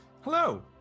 Hello